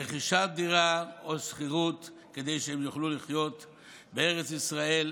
רכישת דירה או שכירות כדי שהם יוכלו לחיות בארץ ישראל,